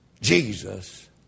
Jesus